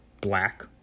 black